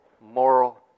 moral